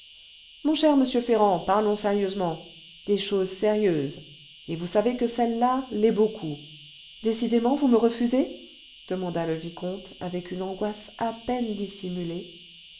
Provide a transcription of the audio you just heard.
mon cher monsieur ferrand parlons sérieusement des choses sérieuses et vous savez que celle-là l'est beaucoup décidément vous me refusez demanda le vicomte avec une angoisse à peine dissimulée